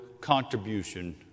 contribution